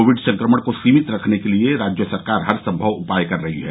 Covid संक्रमण को सीमित रखने के लिए राज्य सरकार हर संभव उपाय कर रही है